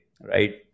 right